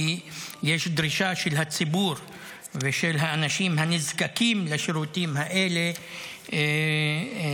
כי יש דרישה של הציבור ושל האנשים הנזקקים לשירותים האלה ביישוב,